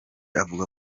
avuga